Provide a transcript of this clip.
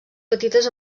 petites